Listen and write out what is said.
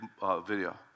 video